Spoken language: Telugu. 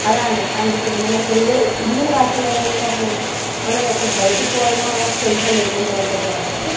అలానే అందుకే మన తెలుగులో ఇన్ని భాషలు ఉన్నా హిందీ భాష ఎందుకు మనం ఎక్కడికి బయటకి పోయినా మనకి టెన్షన్ లేకుండా ఉంటుంది కాబట్టి